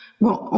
bon